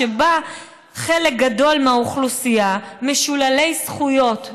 שבה חלק גדול מהאוכלוסייה משוללי זכויות,